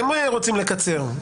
הם רוצים לקצר.